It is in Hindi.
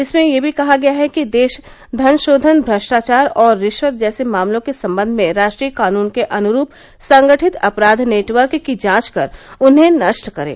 इसमें यह भी कहा गया है कि देश धनशोधन भ्रष्टाचार और रिश्वत जैसे मामलों के संबंध में राष्ट्रीय कानून के अनुरूप संगठित अपराध नेटवर्क की जांच कर उन्हें नष्ट करें